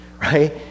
right